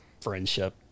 friendship